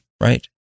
Right